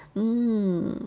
mm